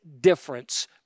difference